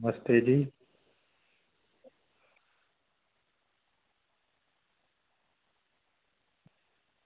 नमस्ते जी